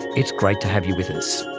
it's great to have you with us.